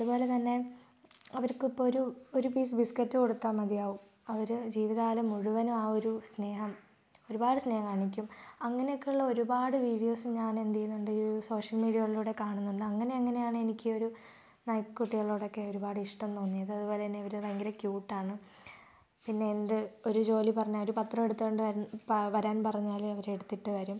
അതുപോലെ തന്നെ അവർക്കിപ്പോൾ ഒരു ഒരു പീസ് ബിസ്ക്കറ്റ് കൊടുത്താൽ മതിയാവും അവർ ജീവിതകാലം മുഴുവനും ആ ഒരു സ്നേഹം ഒരുപാട് സ്നേഹം കാണിക്കും അങ്ങനെയൊക്കെയുള്ള ഒരുപാട് വീഡിയോസ് ഞാൻ എന്തു ചെയ്യുന്നുണ്ട് ഈ ഒരു സോഷ്യൽ മീഡിയകളിലൂടെ കാണുന്നുണ്ട് അങ്ങനെ അങ്ങനെയാണ് എനിക്ക് ഈ ഒരു നായ്ക്കുട്ടികളോടൊക്കെ ഒരുപാട് ഇഷ്ടം തോന്നിയത് അതുപോലെ തന്നെ ഇവർ ഭയങ്കര ക്യൂട്ട് ആണ് പിന്നെ എന്ത് ഒരു ജോലി പറഞ്ഞാൽ ഒരു പത്രം എടുത്തു കൊണ്ട് വൻ പ വരാൻ പറഞ്ഞാൽ അവരെടുത്തിട്ട് വരും